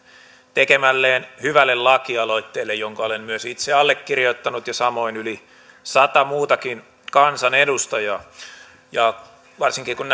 tekemälleen hyvälle laki aloitteelle jonka olen myös itse allekirjoittanut ja samoin yli sata muutakin kansanedustajaa varsinkin kun